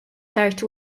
tard